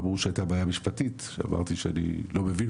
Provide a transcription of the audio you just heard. אמרו שהייתה בעיה משפטית אמרתי שאני לא מבין